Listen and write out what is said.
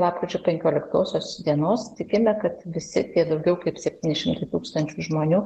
lapkričio penkioliktosios dienos tikime kad visi daugiau kaip septyni šimtai tūkstančių žmonių